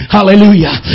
Hallelujah